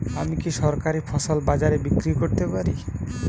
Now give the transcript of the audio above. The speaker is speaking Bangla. আমি কি সরাসরি ফসল বাজারে বিক্রি করতে পারি?